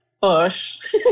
Bush